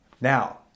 Now